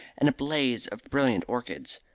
and a blaze of brilliant orchids.